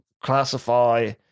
classify